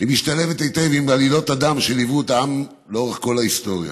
היא משתלבת היטב עם עלילות הדם שליוו את העם לאורך כל ההיסטוריה.